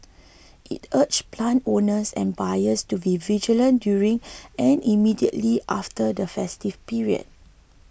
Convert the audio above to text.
it urged plant owners and buyers to be vigilant during and immediately after the festive period